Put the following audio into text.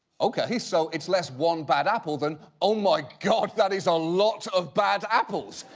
okay, so it's less one bad apple, than, oh, my god. that is a lot of bad apples.